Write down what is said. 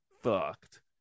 fucked